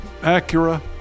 Acura